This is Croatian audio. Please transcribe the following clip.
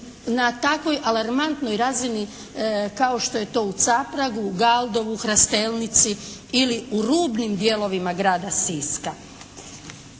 na takvoj alarmantnoj razini kao što je to u Capragu, Galdovu, Hrastelnici ili u rubnim dijelovima grada Siska.